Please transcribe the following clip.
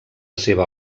seva